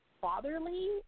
fatherly